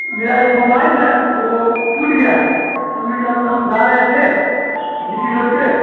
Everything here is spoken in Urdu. میرا ایک موبائل ہے وہ ٹوٹ گیا ہے اصل میں کل ہم جا رہے تھے جی ٹی روڈ پہ